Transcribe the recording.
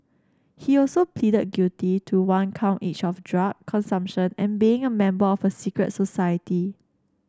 he also pleaded guilty to one count each of drug consumption and being a member of a secret society